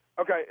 Okay